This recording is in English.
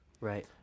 Right